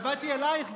ובאתי אלייך,